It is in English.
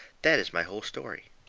that is my whole story.